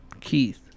Keith